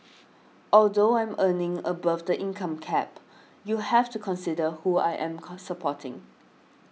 although I am earning above the income cap you have to consider who I am co supporting